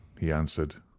he answered.